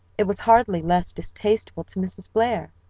it was hardly less distasteful to mrs. blair.